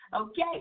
Okay